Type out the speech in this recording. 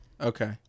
Okay